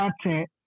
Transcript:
content